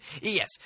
yes